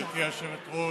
גברתי היושבת-ראש,